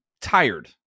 tired